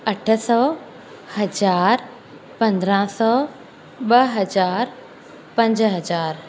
अठ सौ हज़ार पंद्रहं सौ ॿ हज़ार पंज हज़ार